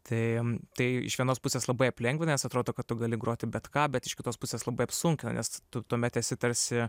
tai tai iš vienos pusės labai aplengvina nes atrodo kad tu gali groti bet ką bet iš kitos pusės labai apsunkina nes tu tuomet esi tarsi